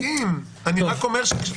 אני מסכים, אני רק אומר שהרשות.